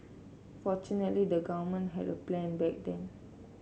fortunately the government had a plan back then